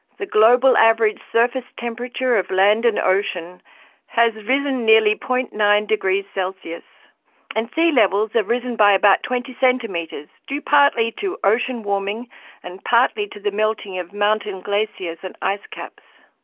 the global average surface temperature of land and ocean has risen nearly zero. nine degrees celsius and sea levels have risen by about twenty centimetres, due partly to ocean warming and partly to the melting of mountain glaciers and ice caps.